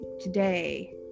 today